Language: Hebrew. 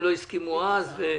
הם לא הסכימו אז.